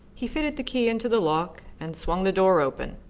he fitted the key into the lock and swung the door open.